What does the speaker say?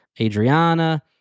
Adriana